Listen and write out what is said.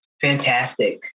fantastic